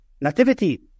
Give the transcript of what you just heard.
Nativity